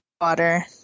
Water